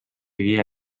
viie